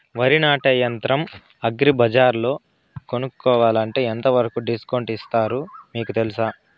వరి నాటే యంత్రం అగ్రి బజార్లో కొనుక్కోవాలంటే ఎంతవరకు డిస్కౌంట్ ఇస్తారు మీకు తెలుసా?